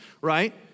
right